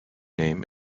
name